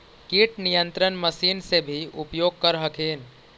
किट नियन्त्रण मशिन से भी उपयोग कर हखिन?